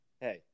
Hey